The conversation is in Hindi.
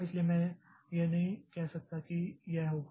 इसलिए मैं यह नहीं कह सकता कि यह होगा